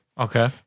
Okay